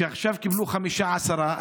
ועכשיו קיבלו חמישה או עשרה,